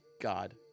God